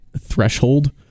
threshold